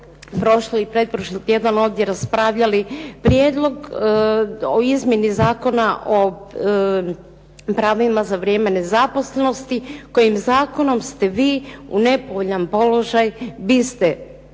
Prijedlog o izmjeni zakona o pravima za vrijeme nezaposlenosti, kojim zakonom ste vi u nepovoljan položaj, biste u